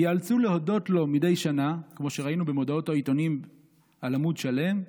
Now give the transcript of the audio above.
וייאלצו להודות לו מדי שנה" כמו שראינו במודעות העיתונים על עמוד שלם,